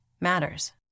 matters